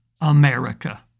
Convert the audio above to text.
America